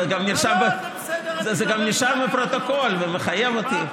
גם נרשם בפרוטוקול ומחייב אותי.